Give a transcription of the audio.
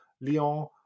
Lyon